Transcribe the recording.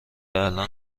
الان